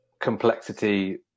complexity